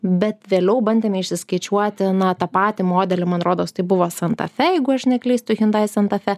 bet vėliau bandėme išsiskaičiuoti na tą patį modelį man rodos tai buvo santa fe jeigu aš neklystu hindai santa fe